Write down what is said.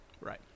Right